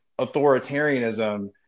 authoritarianism